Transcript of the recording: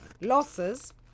Losses